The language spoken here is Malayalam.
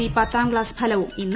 ഇ പത്താം ക്സാസ് ഫലവും ഇന്ന്